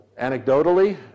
Anecdotally